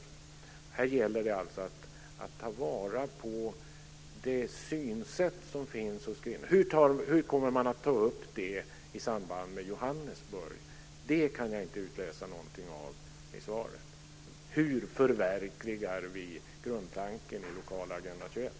Här gäller det att ta vara på det synsätt som finns hos kvinnor. Jag kan i svaret inte utläsa någonting om hur man kommer att ta upp detta i samband med Johannesburgmötet. Hur förverkligar vi grundtanken i den lokala Agenda 21?